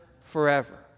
forever